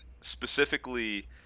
specifically